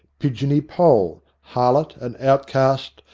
pigeony poll, harlot and outcast,